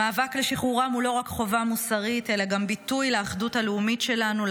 המאבק לשחרורם הוא לא רק חובה מוסרית אלא גם ביטוי לאחדות הלאומית שלנו,